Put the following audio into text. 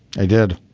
i did.